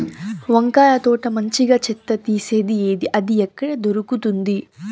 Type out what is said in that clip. వంకాయ తోట మంచిగా చెత్త తీసేది ఏది? అది ఎక్కడ దొరుకుతుంది?